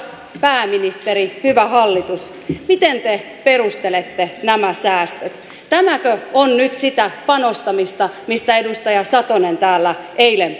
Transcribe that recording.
pääministeri hyvä hallitus miten te perustelette nämä säästöt tämäkö on nyt sitä panostamista mistä edustaja satonen täällä eilen